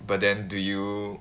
but then do you